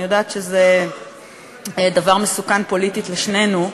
אני יודעת שזה דבר מסוכן פוליטית לשנינו,